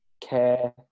care